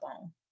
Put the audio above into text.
on